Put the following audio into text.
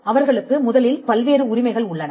அவர்களுக்கு முதலில் பல்வேறு உரிமைகள் உள்ளன